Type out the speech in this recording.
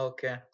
Okay